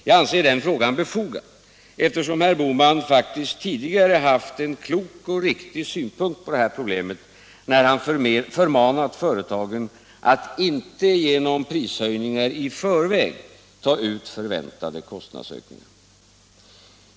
Jag anser den frågan befogad, eftersom herr Bohman faktiskt tidigare har haft en klok och riktig syn på dessa problem, då han förmanat företagen att inte genom prishöjningar i förväg ta ut förväntade kostnadsökningar.